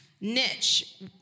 niche